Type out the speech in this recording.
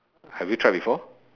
have you tried before